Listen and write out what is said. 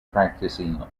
practicing